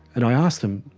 and i asked them,